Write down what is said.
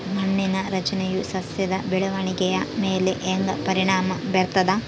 ಮಣ್ಣಿನ ರಚನೆಯು ಸಸ್ಯದ ಬೆಳವಣಿಗೆಯ ಮೇಲೆ ಹೆಂಗ ಪರಿಣಾಮ ಬೇರ್ತದ?